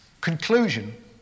Conclusion